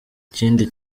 kindi